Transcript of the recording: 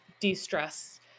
de-stress